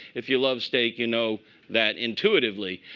if you love steak, you know that intuitively.